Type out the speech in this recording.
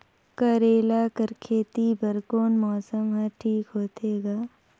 करेला कर खेती बर कोन मौसम हर ठीक होथे ग?